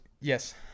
Yes